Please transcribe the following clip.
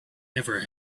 never